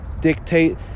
dictate